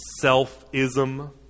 self-ism